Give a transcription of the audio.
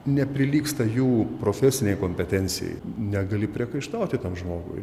neprilygsta jų profesinei kompetencijai negali priekaištauti tam žmogui